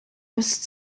улс